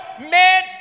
made